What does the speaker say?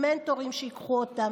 מנטורים שייקחו אותם,